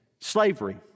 slavery